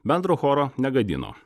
bendro choro negadino